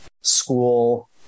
school